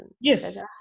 Yes